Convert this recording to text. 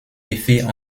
effet